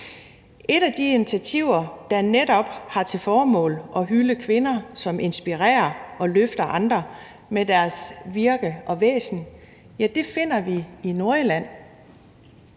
Et af de initiativer, der netop har til formål at hylde kvinder, som inspirerer og løfter andre med deres virke og væsen, finder vi i Nordjylland.